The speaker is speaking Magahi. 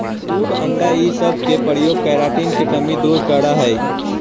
दूध अण्डा इ सब के प्रयोग केराटिन के कमी दूर करऽ हई